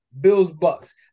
Bills-Bucks